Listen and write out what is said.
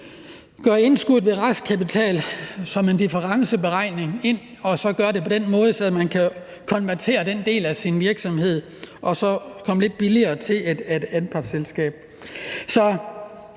opgør indskud af restkapital som en differenceberegning, sådan at man kan konvertere den del af sin virksomhed og så komme lidt billigere til et anpartsselskab.